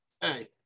hey